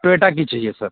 Toyota की चाहिये sir